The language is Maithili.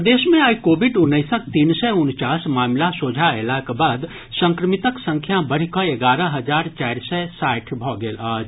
प्रदेश मे आइ कोविड उन्नैसक तीन सय उनचास मामिला सोझा अयलाक बाद संक्रमितक संख्या बढ़ि कऽ एगारह हजार चारि सय साठि भऽ गेल अछि